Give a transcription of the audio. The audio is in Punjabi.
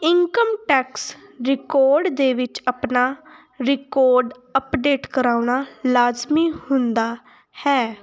ਇਨਕਮ ਟੈਕਸ ਰਿਕਾਰਡ ਦੇ ਵਿੱਚ ਆਪਣਾ ਰਿਕਾਰਡ ਅਪਡੇਟ ਕਰਵਾਉਣਾ ਲਾਜ਼ਮੀ ਹੁੰਦਾ ਹੈ